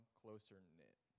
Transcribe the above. closer-knit